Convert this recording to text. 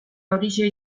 horixe